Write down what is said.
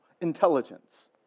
intelligence